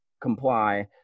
comply